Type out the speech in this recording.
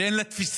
ואין לה תפיסה.